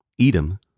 Edom